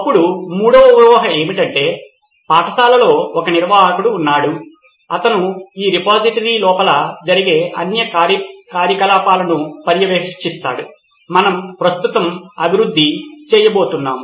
అప్పుడు మూడవ ఊహ ఏమిటంటే పాఠశాలలో ఒక నిర్వాహకుడు ఉన్నాడు అతను ఈ రిపోజిటరీ లోపల జరిగే అన్ని కార్యకలాపాలను పర్యవేక్షిస్తాడు మనం ప్రస్తుతం అభివృద్ధి చేయబోతున్నాం